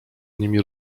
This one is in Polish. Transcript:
nimi